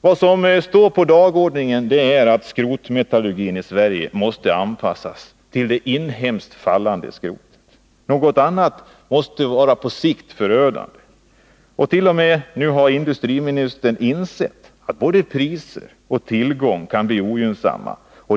Vad som står på dagordningen är att skrotmetallurgin i Sverige måste anpassas till det inhemskt fallande skrotet. Något annat måste på sikt vara förödande. T. o. m. industriministern har nu insett att både priser och tillgång kan bli ogynnsamma.